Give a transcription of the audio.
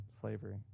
slavery